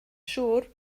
siŵr